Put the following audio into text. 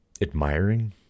Admiring